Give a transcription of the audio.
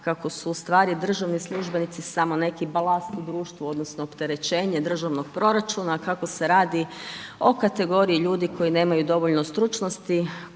kako su ustvari državni službenici samo neki balans u društvu, odnosno, opterećenje u državnom proračunu kako se radi o kategoriji ljudi koji nemaju dovoljno stručnosti,